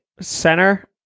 center